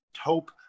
hope